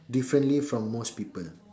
differently from most people